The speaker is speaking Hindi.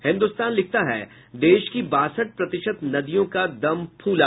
हिन्दुस्तान लिखता है देश की बासठ प्रतिशत नदियों का दम फूला